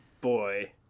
boy